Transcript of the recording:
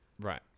Right